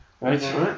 Right